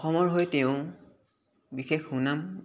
অসমৰ হৈ তেওঁ বিশেষ সুনাম